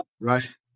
Right